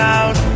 out